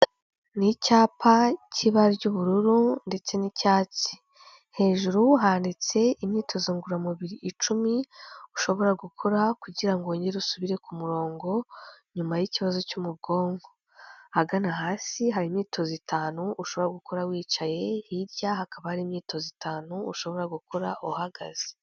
N'icyapa cy'ibara ry'ubururu ndetse n'icyatsi, hejuru handitse imyitozo ngororamubiri icumi ushobora gukora kugira ngo wongere usubire ku murongo nyuma y'ikibazo cyo mu bwonko, ahagana hasi hari imyitozo itanu ushobora gukora wicaye hirya hakaba hari imyitozo itanu ushobora gukora uhagaze.